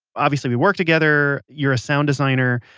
obviously, we work together, you're a sound designer.